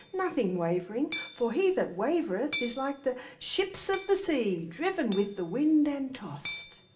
nothing wavering. for he that wavereth is like the ships of the sea driven with the wind and tossed.